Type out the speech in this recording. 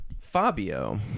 Fabio